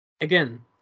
again